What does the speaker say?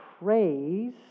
praise